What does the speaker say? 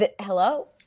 Hello